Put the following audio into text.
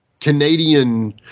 Canadian